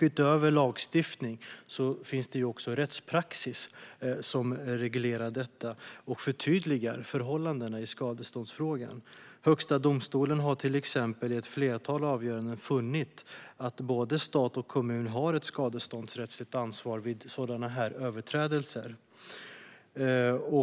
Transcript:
Utöver lagstiftning finns också rättspraxis som reglerar dessa frågor och förtydligar förhållandena i skadeståndsfrågan. Skadestånd och Europakonventionen Högsta domstolen har till exempel i ett flertal avgöranden funnit att både stat och kommun har ett skadeståndsrättsligt ansvar vid sådana överträdelser.